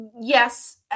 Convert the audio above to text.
Yes